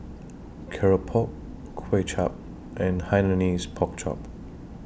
Keropok Kuay Chap and Hainanese Pork Chop